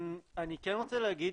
אני כן רוצה להגיד